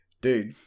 dude